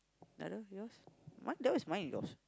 the other one yours !huh! that one is mine or yours